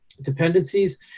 Dependencies